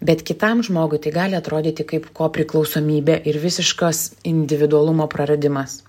bet kitam žmogui tai gali atrodyti kaip kopriklausomybė ir visiškas individualumo praradimas